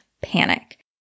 panic